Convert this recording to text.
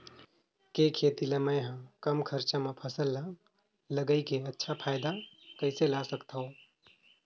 के खेती ला मै ह कम खरचा मा फसल ला लगई के अच्छा फायदा कइसे ला सकथव?